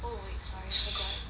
oh exciting